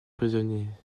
prisonniers